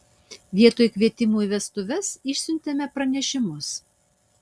vietoj kvietimų į vestuves išsiuntėme pranešimus